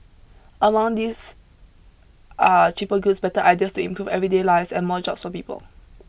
among these are cheaper goods better ideas to improve everyday lives and more jobs for people